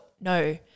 no –